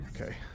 Okay